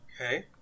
Okay